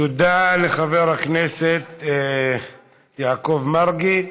תודה לחבר הכנסת יעקב מרגי.